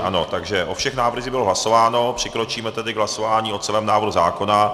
Ano, takže o všech návrzích bylo hlasováno, přikročíme tedy k hlasování o celém návrhu zákona.